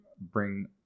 bring